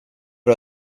får